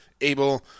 able